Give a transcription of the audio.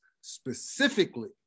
specifically